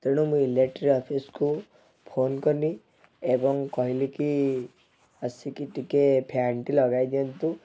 ତେଣୁ ମୁଁ ଇଲେକ୍ଟ୍ରି ଅଫିସ୍କୁ ଫୋନ୍ କଲି ଏବଂ କହିଲି କି ଆସିକି ଟିକେ ଫ୍ୟାନ୍ଟି ଲଗାଇ ଦିଅନ୍ତୁ